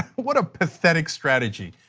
what a pathetic strategy,